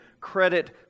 credit